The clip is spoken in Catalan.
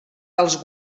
els